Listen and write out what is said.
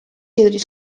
jõudis